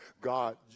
God